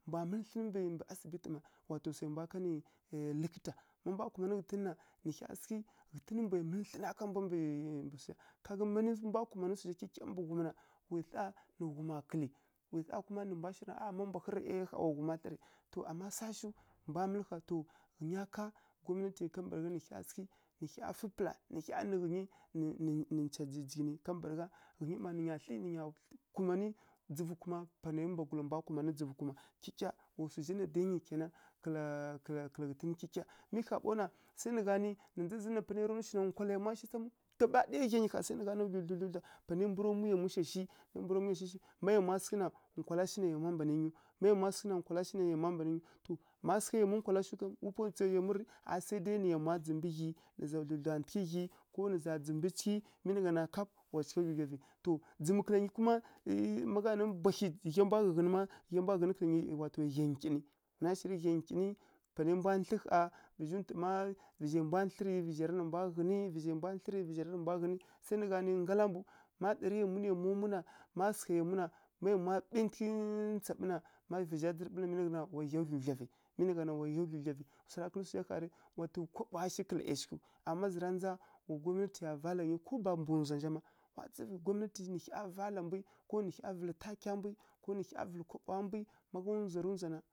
Mbwa mǝlǝ thlǝnǝ asibiti ma wa to swai mbwa kanǝ likǝta, ma mbwa kumanǝ ghǝtǝn na nǝ hya sǝghǝ ghǝtǝn mbwai mǝlǝ thlǝna ka mbu mbǝ swu zha ká gani ma mbwa kumanǝ swu zha kyikya mbǝ ghumi na wi saˈa nǝ ghuma kǝlǝ wi saˈa má mbwa ƙhǝ rǝ a ƙha wa ghuma thlarǝ to amma swa shiw mbwa mǝlǝ khaw to ghǝnya ká gwamnati kambǝragha nǝ hya sǝghǝ nǝ hya fǝ pǝla, nǝ hya nǝ ghǝnyi nǝ nca jijighǝnǝ kambǝragha ghǝnyi mma nǝ nya thlǝ nǝ nya kumanǝ dzǝvu kuma panai mbwagula mbwa kumanǝ pwa ndzǝvu kuma. Kyikya swu zha na ɗǝya kena kǝla, kǝla, kǝla ghǝtǝn kyikya mi ƙha ɓaw na, sai nǝ gha nǝ panai ya ra nwi shina na ndza zǝn na nkwala yamwa shiw pamǝw gaba ɗaya ghya nyi sai nǝ gha nanǝ dludla dludla panai mbura mwi yamwi shahi mbu ra mwi yamwi shashi ma yamwa sǝghǝ na nkwala shi na nya yamwu mban nǝ nyiw, ma yamwa sǝghǝ na nkwala shi nai yamwa mban nyiw, ma sǝgha yamwi wu nkwalai tsǝwa yamwi rǝ ri? Aˈi sai dai nǝ yamw dzǝmbǝ ghyi nǝ za dludluntǝghǝ ghyi.